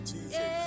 Jesus